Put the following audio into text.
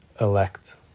elect